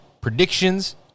predictions